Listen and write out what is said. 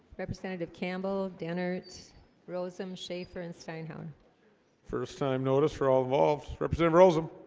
representative campbell dennard rossum schaefer and stein hone first-time notice for all involves representing rossum